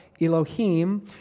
Elohim